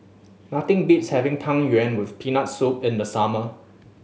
nothing beats having Tang Yuen with Peanut Soup in the summer